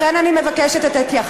לכן אני מבקשת את ההתייחסות.